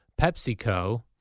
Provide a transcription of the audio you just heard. PepsiCo